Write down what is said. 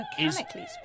mechanically